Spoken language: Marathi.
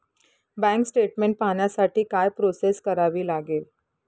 बँक स्टेटमेन्ट पाहण्यासाठी काय प्रोसेस करावी लागेल?